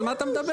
על מה אתה מדבר?